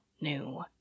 new